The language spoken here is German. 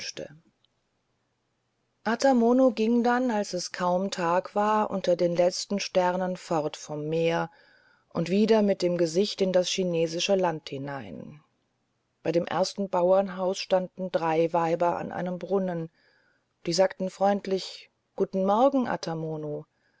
ata mono ging dann als es kaum tag war unter den letzten sternen fort vom meere wieder mit dem gesicht in das chinesische land hinein bei dem ersten bauernhaus standen drei weiber an einem brunnen die sagten freundlich guten morgen